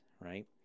right